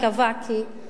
כי